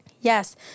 Yes